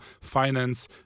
finance